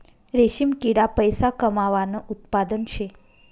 रेशीम किडा पैसा कमावानं उत्पादन शे